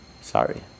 Sorry